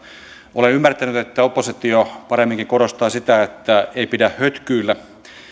olen ymmärtänyt että oppositio paremminkin korostaa sitä että ei pidä hötkyillä